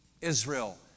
Israel